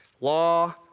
Law